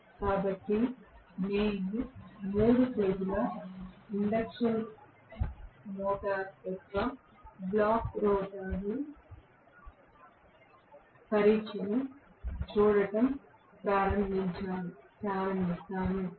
కాబట్టి ఇప్పుడు మేము 3 ఫేజ్ ల ఇండక్షన్ మోటారు యొక్క బ్లాక్ రోటర్ పరీక్షను చూడటం ప్రారంభిస్తాము